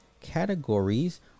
categories